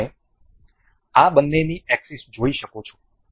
તમે આ બંનેની એક્સિસ જોઈ શકો છો